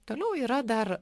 toliau yra dar